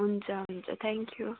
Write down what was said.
हुन्छ हुन्छ thank you